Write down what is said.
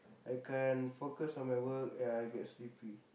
I can't focus on my work and I get sleepy